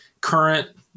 current